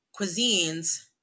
cuisines